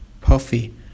puffy